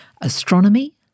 astronomy